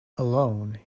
alone